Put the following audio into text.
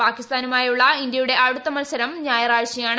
പാകിസ്ഥാനുമായുള്ള ഇന്ത്യയുടെ അടുത്ത മത്സരം ഞായറാഴ്ചയാണ്